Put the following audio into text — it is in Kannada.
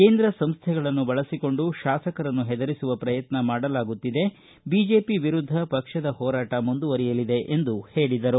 ಕೇಂದ್ರ ಸಂಸ್ಥೆಗಳನ್ನ ಬಳಬಕೊಂಡು ಶಾಸಕರನ್ನು ಹೆದರಿಸುವ ಪ್ರಯತ್ನ ಮಾಡಲಾಗುತ್ತಿದೆ ಬಿಜೆಪಿ ವಿರುದ್ದ ಪಕ್ಷದ ಹೋರಾಟ ಮುಂದುವರಿಯಲಿದೆ ಎಂದು ಹೇಳಿದರು